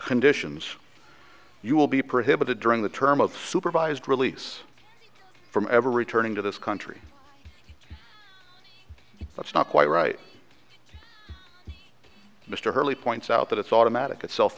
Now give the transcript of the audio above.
conditions you will be prohibited during the term of supervised release from ever returning to this country that's not quite right mr hurley points out that it's automatic itself